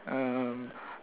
um